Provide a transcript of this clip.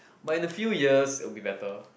but in a few years it'll be better